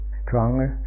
stronger